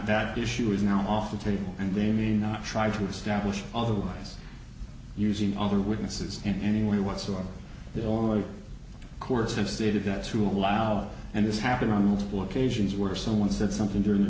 that issue is now off the table and they may not try to establish otherwise using other witnesses in any way whatsoever the only courts have stated that to allow and this happened on multiple occasions where someone said something during the